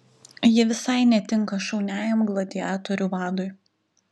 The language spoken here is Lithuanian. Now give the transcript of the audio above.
ji visai netinka šauniajam gladiatorių vadui